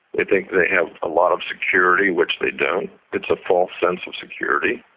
they think they have a lot of security, which they don't it's a false sense of security.